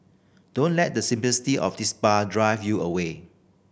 don't let the simplicity of this bar drive you away